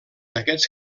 aquests